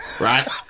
right